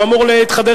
והוא אמור להתחדש,